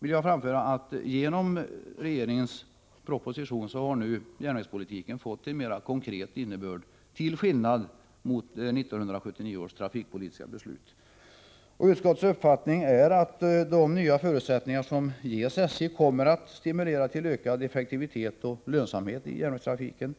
vill jag framföra att järnvägspolitiken — genom regeringens proposition — nu har fått en mer konkret innebörd än den politik hade som innefattades i 1979 års trafikpolitiska beslut. Utskottsmajoritetens uppfattning är att de nya förutsättningar som ges SJ kommer att stimulera till ökad effektivitet och lönsamhet i järnvägstrafiken.